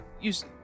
use